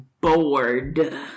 bored